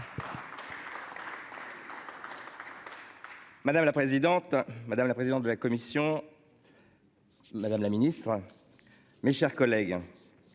Madame la présidente, madame la présidente de la commission.-- Madame la Ministre. Mes chers collègues.